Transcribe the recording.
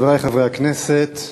חברי חברי הכנסת,